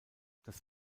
das